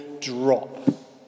drop